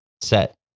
set